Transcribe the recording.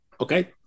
okay